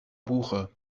buche